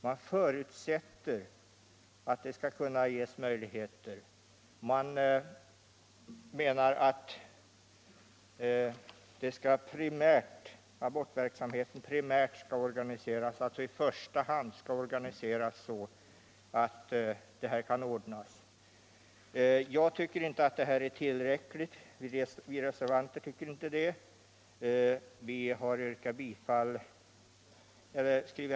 Man ”förutsätter” att det skall kunna ges möjligheter, man menar att verksamheten skall ”primärt” organiseras så att det här kan ordnas. Vi reservanter tycker inte detta är tillräckligt.